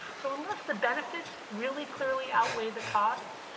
so unless the benefits really, clearly outweigh the costs,